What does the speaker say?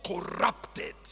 corrupted